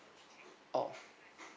oh